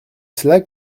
cela